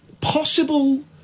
possible